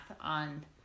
on